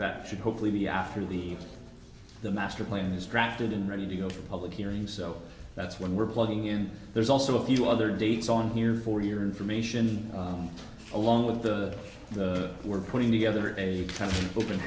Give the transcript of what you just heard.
that should hopefully be after the the master plan is drafted and ready to go for a public hearing so that's when we're plugging in there's also a few other dates on here for your information along with the we're putting together a kind of open